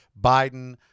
Biden